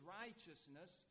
righteousness